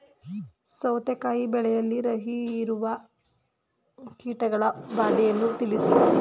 ಸೌತೆಕಾಯಿ ಬೆಳೆಯಲ್ಲಿ ರಸಹೀರುವ ಕೀಟಗಳ ಬಾಧೆಯನ್ನು ತಿಳಿಸಿ?